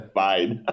fine